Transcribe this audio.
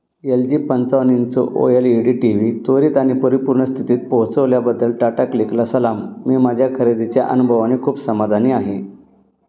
L G पंचावन्न inch O L E D T V त्वरित आणि परिपूर्ण स्थितीत पोहोचवल्याबद्दल टाटा क्लिकला सलाम मी माझ्या खरेदीच्या अनुभवाने खूप समाधानी आहे